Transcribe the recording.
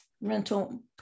rental